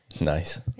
Nice